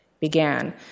began